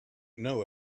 know